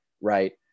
Right